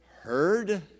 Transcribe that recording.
Heard